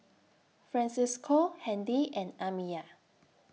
Francisco Handy and Amiyah